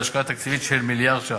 בהשקעה תקציבית של מיליארד ש"ח.